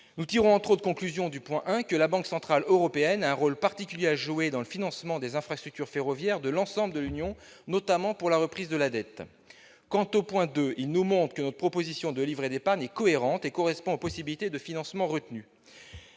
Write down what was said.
point 1, entre autres conclusions, que la Banque centrale européenne a un rôle particulier à jouer dans le financement des infrastructures ferroviaires de l'ensemble de l'Union européenne, notamment pour la reprise de la dette. Quant au point 2, il nous montre que notre proposition de livret d'épargne est cohérente et correspond aux possibilités de financement retenues.